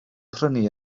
prynu